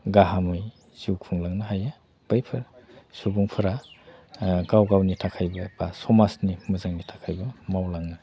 गाहामै जिउ खुंलांनो हायो बैफोर सुबुंफोरा गाव गावनि थाखायबो बा समाजनि मोजांनि थाखायबो मावलाङो